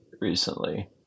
recently